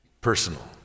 personal